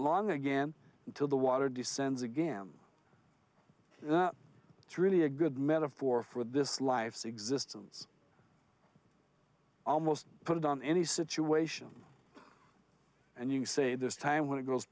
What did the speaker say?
long again until the water descends again it's really a good metaphor for this life's existence almost put it on any situation and you say this time when it goes